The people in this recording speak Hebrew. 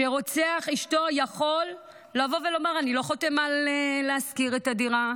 רוצח אשתו יכול לומר: אני לא חותם להשכיר את הדירה,